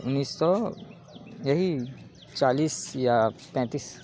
انیس سو یہی چالیس یا پینتس